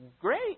great